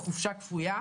ו' בכסלו התשפ"ב,